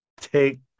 take